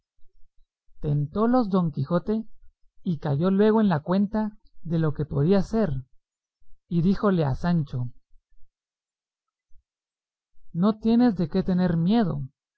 humanas tentólos don quijote y cayó luego en la cuenta de lo que podía ser y díjole a sancho no tienes de qué tener miedo